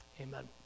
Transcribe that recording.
amen